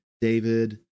David